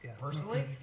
personally